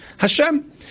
Hashem